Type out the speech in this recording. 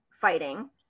fighting